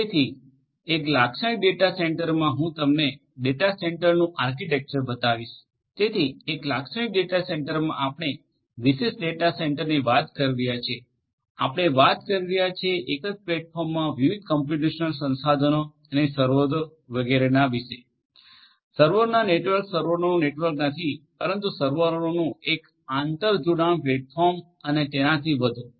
તેથી એક લાક્ષણિક ડેટા સેન્ટરમા હું તમને ડેટા સેન્ટરનું આર્કિટેક્ચર બતાવીશ તેથી એક લાક્ષણિક ડેટા સેન્ટરમાં આપણે વિશેષ ડેટા સેન્ટરની વાત કરી રહ્યા છીએ આપણે વાત કરી રહ્યા છીએ એક જ પ્લેટફોર્મમા વિવિધ કમ્પ્યુટેશનલ સંસાધનો અને સર્વરો વગેરેના વિશે સર્વરોનું નેટવર્ક સર્વરોનું નેટવર્ક નહીં પરંતુ સર્વરોનું એક આંતરજોડાયેલ પ્લેટફોર્મ અને તેનાથી વધુ